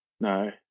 no